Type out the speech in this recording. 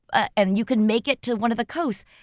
ah and you can make it to one of the coasts,